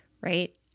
right